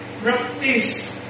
practice